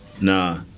Nah